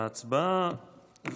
תמה ההצבעה,